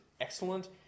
excellent